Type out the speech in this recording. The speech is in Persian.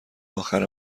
آخر